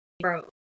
broke